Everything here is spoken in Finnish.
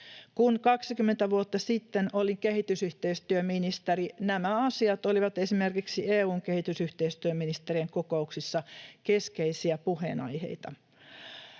Kun 20 vuotta sitten olin kehitysyhteistyöministeri, nämä asiat olivat esimerkiksi EU:n kehitysyhteistyöministerien kokouksissa keskeisiä puheenaiheita.